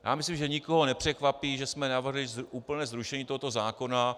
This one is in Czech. Já myslím, že nikoho nepřekvapí, že jsme navrhli úplné zrušení tohoto zákona.